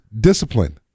discipline